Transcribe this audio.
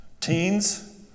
Teens